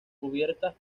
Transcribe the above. cubiertas